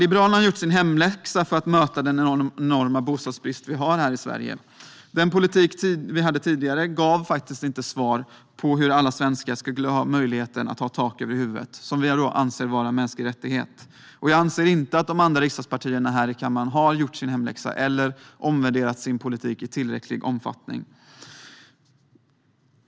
Liberalerna har gjort sin hemläxa för att möta den enorma bostadsbrist som vi har här i Sverige. Den politik som vi hade tidigare gav faktiskt inte svar på hur alla svenskar ska ha möjlighet att ha tak över huvudet, något som vi anser vara en mänsklig rättighet. Jag anser inte att de andra partierna här i kammaren har gjort sin hemläxa eller omvärderat sin politik i tillräcklig omfattning.